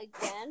again